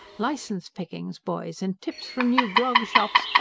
licence-pickings, boys, and tips from new grog-shops,